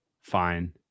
fine